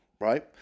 right